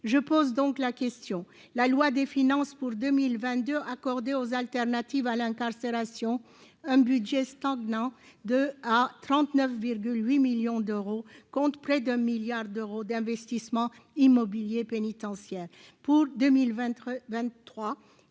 je pose donc la question : la loi des finances pour 2022 accordées aux alternatives à l'incarcération, un budget stagnant de à 39 8 millions d'euros compte près d'un milliard d'euros d'investissement immobilier pénitentiaire pour 2023